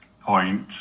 point